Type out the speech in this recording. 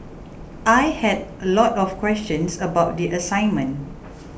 I had a lot of questions about the assignment